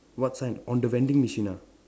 what sign on the vending machine ah